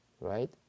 right